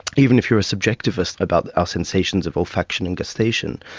even if you're a subjectivist about our sensations of olfaction and gustation,